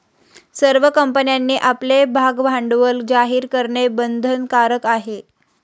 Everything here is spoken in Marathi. सर्व कंपन्यांनी आपले भागभांडवल जाहीर करणे बंधनकारक आहे